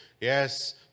Yes